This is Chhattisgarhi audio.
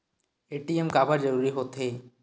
ए.टी.एम काबर जरूरी हो थे?